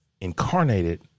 incarnated